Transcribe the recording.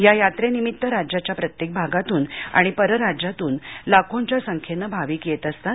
या यात्रेनिमित्त राज्याच्या प्रत्येक भागातून आणि परराज्यातून लाखोच्या संख्येने भाविक येत असतात